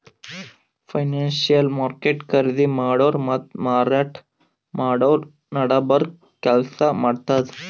financial market ಖರೀದಿ ಮಾಡೋರ್ ಮತ್ತ್ ಮಾರಾಟ್ ಮಾಡೋರ್ ನಡಬರ್ಕ್ ಕೆಲ್ಸ್ ಮಾಡ್ತದ್